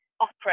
opera